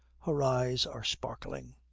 her eyes are sparkling.